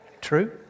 True